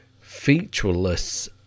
Featureless